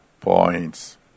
points